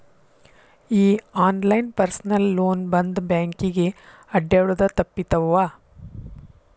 ಈ online personal loan ಬಂದ್ ಬ್ಯಾಂಕಿಗೆ ಅಡ್ಡ್ಯಾಡುದ ತಪ್ಪಿತವ್ವಾ